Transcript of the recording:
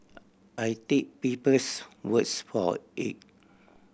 I take people's words for it